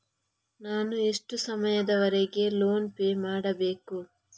ನಾನು ಎಷ್ಟು ಸಮಯದವರೆಗೆ ಲೋನ್ ಪೇ ಮಾಡಬೇಕು?